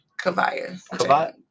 Kavaya